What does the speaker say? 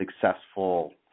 successful